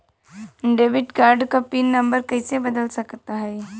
Debit card क PIN number कइसे बदल सकत हई?